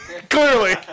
Clearly